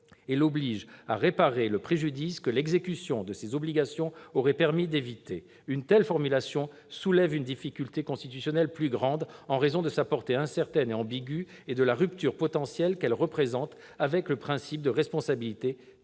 l'oblige à réparer le préjudice que l'exécution de ces obligations aurait permis d'éviter ». Une telle formulation soulève une difficulté constitutionnelle plus grande en raison de sa portée incertaine et ambiguë et de la rupture potentielle qu'elle représente avec le principe de responsabilité tel